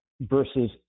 versus